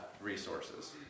resources